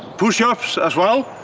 pushups as well.